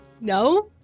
No